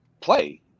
play